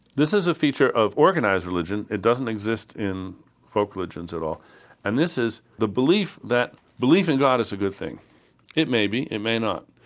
this is a feature of organised religion. it doesn't exist in folk religions at all and this is the belief that belief in god is a good thing it may be, it may not,